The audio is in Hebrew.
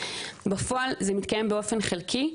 בפועל זה מתקיים באופן חלקי,